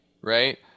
right